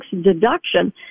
deduction